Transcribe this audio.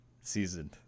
Seasoned